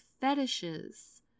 fetishes